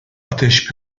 ateş